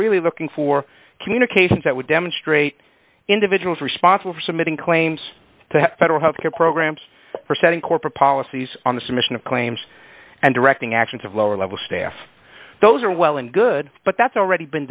really looking for communications that would demonstrate individuals responsible for submitting claims to have federal health care programs for setting corporate policies on the submission of claims and directing actions of lower level staff those are well and good but that's already been